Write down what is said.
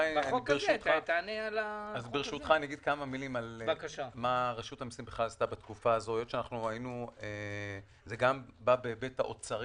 כמה מילים על מה רשות המיסים עשתה בתקופה הזו גם בהיבט האוצרי,